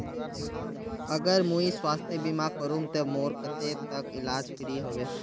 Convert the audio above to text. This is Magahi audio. अगर मुई स्वास्थ्य बीमा करूम ते मोर कतेक तक इलाज फ्री होबे?